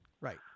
Right